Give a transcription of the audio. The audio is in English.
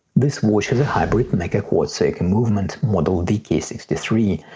this watch has a hybrid and mecaquartz seiko movement model v k six three.